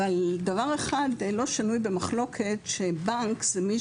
אבל דבר אחד לא שנוי במחלוקת שבנק זה מי